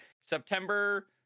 September